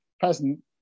peasant